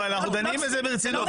אבל אנחנו דנים בזה ברצינות.